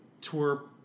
tour